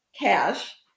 cash